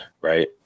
right